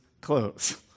clothes